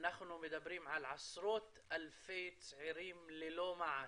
אנחנו מדברים על עשרות אלפי צעירים ללא מעש,